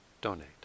donate